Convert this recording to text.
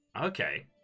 Okay